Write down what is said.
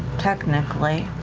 technically.